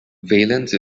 valence